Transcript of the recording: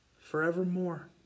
forevermore